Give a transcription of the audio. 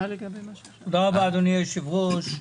תודה רבה, אדוני היושב-ראש.